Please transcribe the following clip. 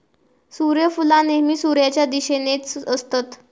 सुर्यफुला नेहमी सुर्याच्या दिशेनेच असतत